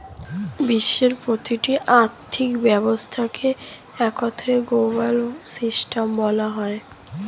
বিশ্বের প্রতিটি আর্থিক ব্যবস্থাকে একত্রে গ্লোবাল সিস্টেম বলা হয়